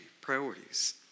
priorities